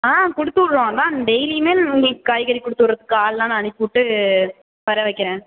ஆ கொடுத்து விடுவோம் அதான் டெய்லியுமே உங்கள்க் காய்கறி கொடுத்து விடுறக்கு ஆள் எல்லாம் நான் அனுப்பி விட்டு வர வைய்க்கிறேன்